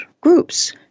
groups